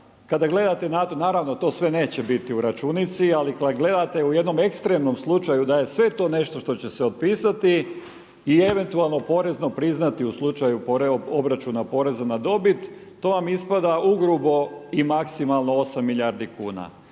otpisa, naravno to sve neće biti u računici, ali kada gledate u jednom ekstremnom slučaju da je sve to nešto što će se otpisati i eventualno porezno priznati u slučaju obračuna poreza na dobit, to vam ispada ugrubo i maksimalno osam milijardi kuna.